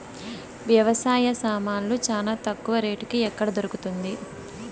వ్యవసాయ సామాన్లు చానా తక్కువ రేటుకి ఎక్కడ దొరుకుతుంది?